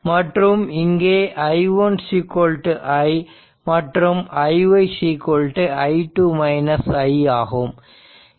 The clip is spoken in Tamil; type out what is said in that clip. மற்றும் இங்கே i1 i மற்றும் iy i2 i ஆகும்